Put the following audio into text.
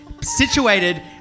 situated